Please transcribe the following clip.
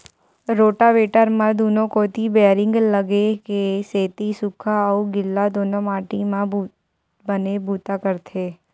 rotavator म दूनो कोती बैरिंग लगे के सेती सूख्खा अउ गिल्ला दूनो माटी म बने बूता करथे